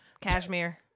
Cashmere